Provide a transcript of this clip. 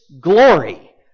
glory